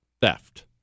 theft